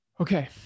Okay